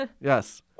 Yes